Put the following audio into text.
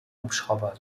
hubschrauber